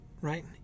right